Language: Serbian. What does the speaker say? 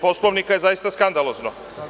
Poslovnika, zaista je skandalozno.